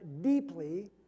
deeply